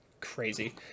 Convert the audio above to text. crazy